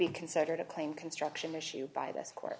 be considered a claim construction issue by this court